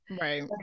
Right